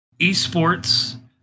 esports